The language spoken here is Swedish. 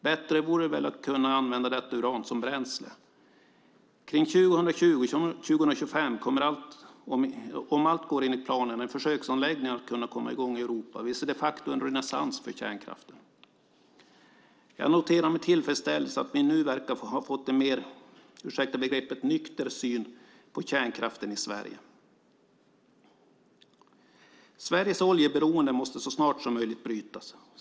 Bättre vore väl att kunna använda detta uran som bränsle? Kring 2020-2025 kommer, om allt går enligt planerna, en försöksanläggning att kunna komma i gång i Europa. Vi ser de facto en renässans för kärnkraften. Jag noterar med tillfredsställelse att vi nu verkar ha fått en mer, ursäkta begreppet, nykter syn på kärnkraften i Sverige. Sveriges oljeberoende måste så snart som möjligt brytas.